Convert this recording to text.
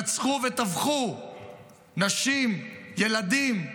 רצחו וטבחו נשים ילדים,